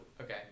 Okay